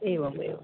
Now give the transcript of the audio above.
एवम् एवं